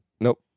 Nope